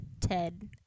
Ted